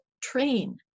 train